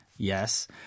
Yes